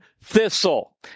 thistle